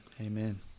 Amen